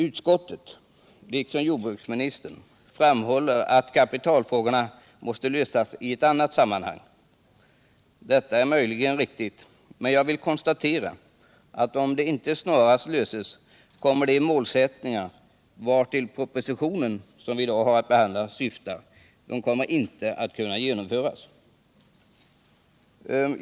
Utskottet liksom jordbruksministern framhåller att kapitalfrågorna måste lösas i annat sammanhang. Detta är möjligen riktigt, men jag vill konstatera att om de inte snarast löses kommer de målsättningar vartill propositionen syftar inte att kunna uppnås.